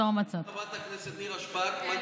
אני מאוד מעריך את חברת הכנסת נירה שפק.